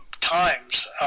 times